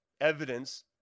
evidence